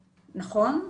נכון,